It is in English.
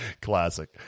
Classic